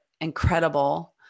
incredible